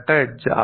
ഇരട്ട എഡ്ജ്